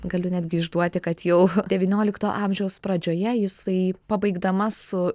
galiu netgi išduoti kad jau devyniolikto amžiaus pradžioje jisai pabaigdama su